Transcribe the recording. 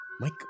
Mike